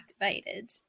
activated